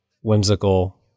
whimsical